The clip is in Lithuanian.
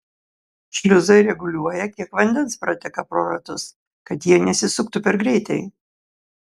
šliuzai reguliuoja kiek vandens prateka pro ratus kad jie nesisuktų per greitai